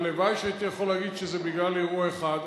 הלוואי שהייתי יכול להגיד שזה בגלל אירוע אחד,